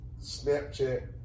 Snapchat